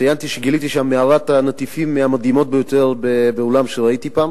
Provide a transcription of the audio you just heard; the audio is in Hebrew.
ציינתי שגיליתי שם מערת נטיפים מהמדהימות ביותר בעולם שראיתי פעם.